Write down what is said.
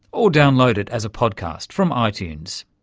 or download it as a podcast from ah itunes.